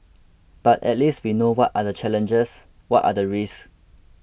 but at least we know what are the challenges what are the risks